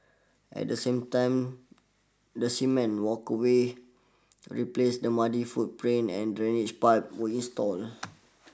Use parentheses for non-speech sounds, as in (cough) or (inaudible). at the same time the cement walkaway replaced the muddy foot print and drainage pipes were installed (noise)